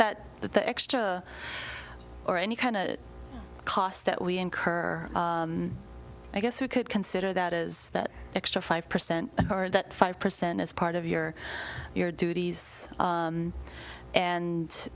that the extra or any kind of costs that we incur i guess you could consider that is that extra five percent or that five percent as part of your your duties